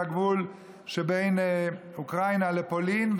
בגבול שבין אוקראינה לפולין,